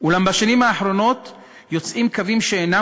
אולם בשנים האחרונות יוצאים קווים שאינם